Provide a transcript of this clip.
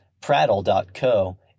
Prattle.co